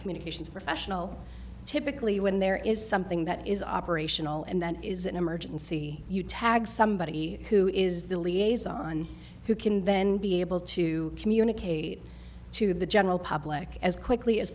communications professional typically when there is something that is operational and that is an emergency you tag somebody who is the liaison who can then be able to communicate to the general public as quickly as